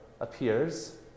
appears